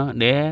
de